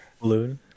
balloon